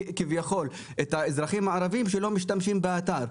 כביכול, את האזרחים הערביים שלא משתמשים באתר.